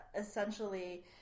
essentially